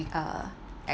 with a